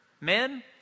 Men